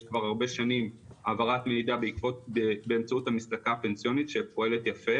יש כבר הרבה שנים העברת מידע באמצעות המסלקה הפנסיונית שפועלת יפה.